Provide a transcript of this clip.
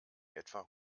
etwa